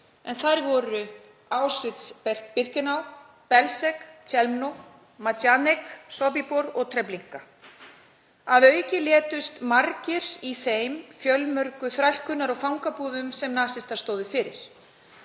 en þær voru Auschwitz-Birkenau, Belzec, Chelmno, Majdanek, Sobibor og Treblinka. Að auki létust margir í þeim fjölmörgu þrælkunar- og fangabúðum sem nasistar stóðu fyrir.